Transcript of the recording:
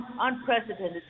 unprecedented